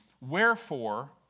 wherefore